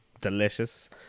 delicious